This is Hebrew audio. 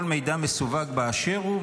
כל מידע מסווג באשר הוא,